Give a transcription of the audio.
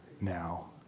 now